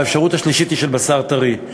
והאפשרות השלישית היא של בשר טרי.